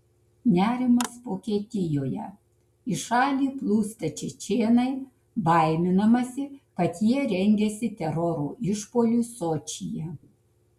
nerimas vokietijoje į šalį plūsta čečėnai baiminamasi kad jie rengiasi teroro išpuoliui sočyje